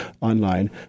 online